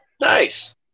Nice